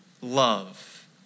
love